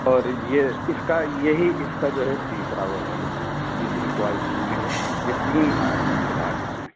اور یہ اس کا یہی اس کا جو ہے تیسرا وہ ہے تیسری کوالٹی میں ہے یہ یہ تین آ رہی ہیں فی الحال اس میں